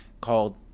called